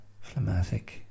Phlegmatic